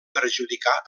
perjudicar